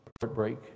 heartbreak